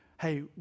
Hey